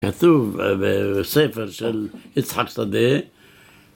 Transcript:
כתוב ב... בספר של יצחק שדה